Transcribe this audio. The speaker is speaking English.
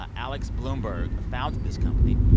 ah alex blumberg founded this company.